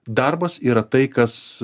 darbas yra tai kas